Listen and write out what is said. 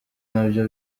nabyo